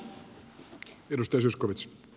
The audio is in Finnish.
hyvä niin